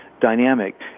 Dynamic